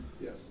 Yes